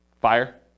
Fire